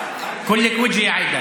כולך פנים.)